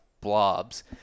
blobs